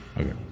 Okay